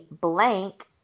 blank